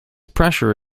pressure